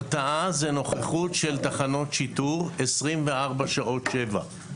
הרתעה זה נוכחות של תחנות שיטור 24 שעות שבעה ימים.